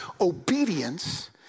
obedience